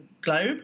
globe